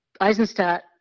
Eisenstadt